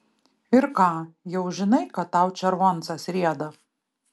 ir ką jau žinai kad tau červoncas rieda